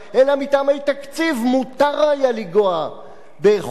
מותר היה לנגוע בחוקי-יסוד של המדינה,